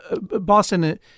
Boston